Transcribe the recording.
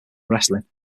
wrestling